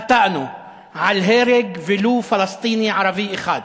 חטאנו על הרג ולו פלסטיני-ערבי אחד.